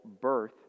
birth